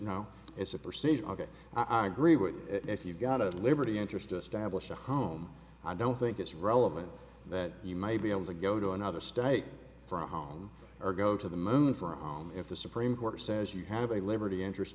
know it's a perceived i agree with you if you've got a liberty interest established a home i don't think it's relevant that you may be able to go to another state from home or go to the moon for a home if the supreme court says you have a liberty interest